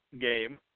game